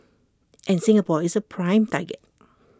and Singapore is A prime target